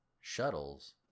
shuttles